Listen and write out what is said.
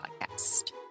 Podcast